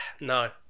No